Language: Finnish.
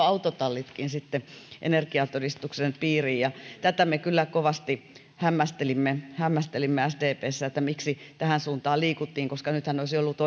autotallitkin energiatodistuksen piiriin tätä me kyllä kovasti hämmästelimme hämmästelimme sdpssä että miksi tähän suuntaan liikuttiin koska nythän olisi ollut